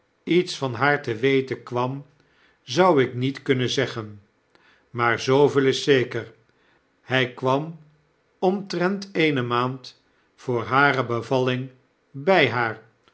iets van haar te weten kwam zou ik niet kunnen zeggen maar zooveel is zeker hij kwam omtrent eene maand voor hare bevalling by haar